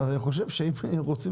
אני חושב שאם רוצים